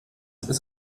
ist